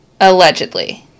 Allegedly